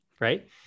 right